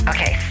Okay